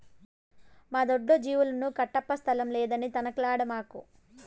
మా దొడ్లో జీవాలను కట్టప్పా స్థలం లేదని తనకలాడమాకు